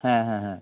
হ্যাঁ হ্যাঁ হ্যাঁ